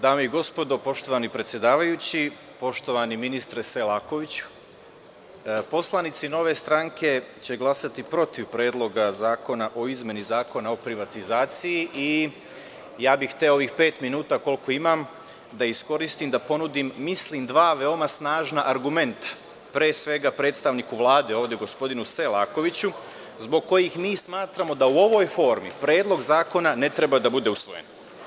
Dame i gospodo, poštovani predsedavajući, poštovani ministre Selakoviću, poslanici Nove stranke će glasati protiv Predloga zakona o izmeni Zakona o privatizaciji i ja bih hteo ovih pet minuta, koliko imam, da iskoristim da ponudim dva veoma snažna argumenta, pre svega predstavniku Vlade, gospodinu Selakoviću, zbog kojih mi smatramo da u ovoj formi Predlog zakona ne treba da bude usvojen.